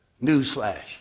newsflash